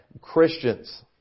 Christians